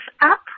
up